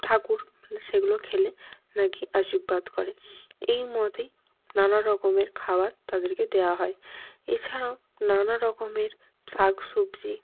ঠাকুর সেগুলো খেলে অনেকই আশীর্বাদ করে এই মতেই নানা রকমের খাওয়ার তাদেরকে দেওয়া হয় এছাড়াও নানা রকমের শাক সবজি